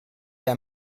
der